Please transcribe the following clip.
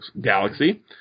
galaxy